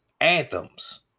anthems